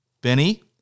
Benny